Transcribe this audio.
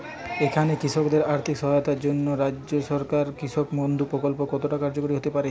এখানে কৃষকদের আর্থিক সহায়তায় রাজ্য সরকারের কৃষক বন্ধু প্রক্ল্প কতটা কার্যকরী হতে পারে?